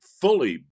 fully